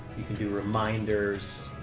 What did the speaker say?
you can do reminders,